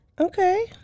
Okay